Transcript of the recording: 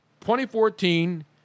2014